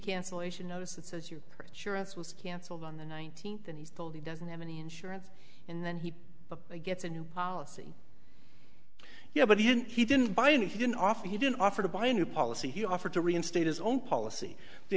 cancellation notice that says you assure us was canceled on the nineteenth and he's told he doesn't have any insurance and then he gets a new policy yeah but he didn't he didn't buy any he didn't offer he didn't offer to buy a new policy he offered to reinstate his own policy the